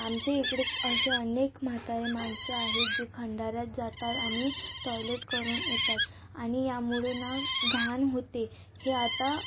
आमच्याइकडे असे अनेक म्हातारे माणसं आहेत जे खंडाऱ्यात जातात आणि टॉयलेट करून येतात आणि यामुळे ना घाण होते हे आता